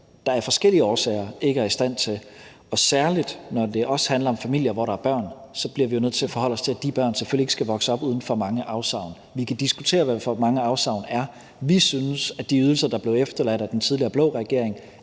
der af forskellige årsager ikke er i stand til. Og særlig, når det handler om familier, hvor der er børn, bliver vi jo nødt til at forholde os til, at de børn selvfølgelig ikke skal vokse op med for mange afsavn. Vi kan diskutere, hvad for mange afsavn er. Vi synes, at de ydelser, der blev indført af den tidligere blå regering,